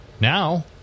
now